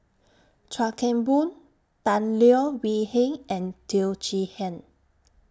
Chuan Keng Boon Tan Leo Wee Hin and Teo Chee Hean